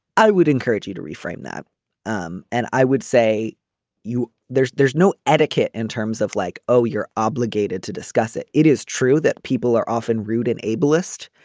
i would encourage you to reframe that um and i would say you there's there's no etiquette in terms of like oh you're obligated to discuss it. it is true that people are often rude and ablest.